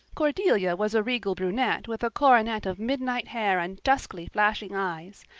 cordelia was a regal brunette with a coronet of midnight hair and duskly flashing eyes.